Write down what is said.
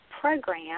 program